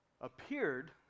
appeared